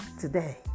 today